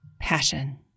Passion